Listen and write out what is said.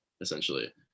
essentially